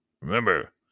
remember